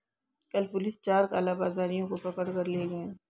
कल पुलिस चार कालाबाजारियों को पकड़ कर ले गए